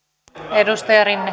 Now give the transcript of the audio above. arvoisa puhemies